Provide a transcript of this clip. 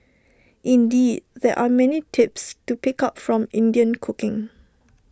indeed there are many tips to pick up from Indian cooking